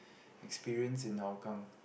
experience in Hougang